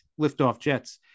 LiftoffJets